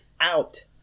out